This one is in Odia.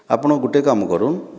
ଆପଣ ଗୁଟେ କାମ୍ କରୁନ୍